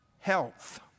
health